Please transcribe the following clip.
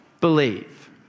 believe